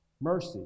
Mercy